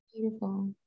Beautiful